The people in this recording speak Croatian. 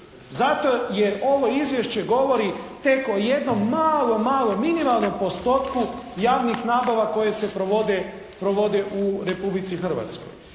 Zato jer ovo izvješće govori tek o jednom malom, malom, minimalnom postotku javnih nabava koje se provode u Republici Hrvatskoj.